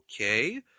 okay